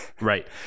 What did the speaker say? Right